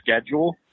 schedule